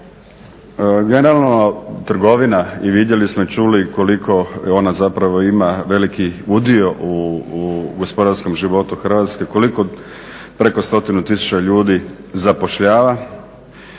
Generalno trgovina i vidjeli smo i čuli koliko ona zapravo ima veliki udio u gospodarskom životu Hrvatske, koliko preko stotinu tisuća ljudi zapošljava.